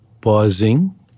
pausing